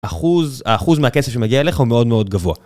אחוז האחוז מהכסף שמגיע אליך הוא מאוד מאוד גבוה.